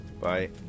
bye